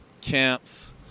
camps